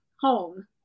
home